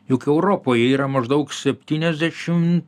juk europoje yra maždaug septyniasdešim